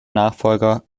nachfolger